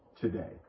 today